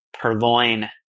purloin